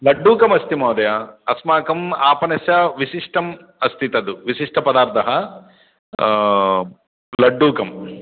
लड्डुकम् अस्ति महोदय अस्माकम् आपणस्य विशिष्टम् अस्ति तत् विशिष्टपदार्थः लड्डुकम्